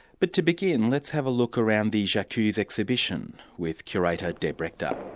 but to begin, let's have a look around the j'accuse exhibition with curator deb rechter.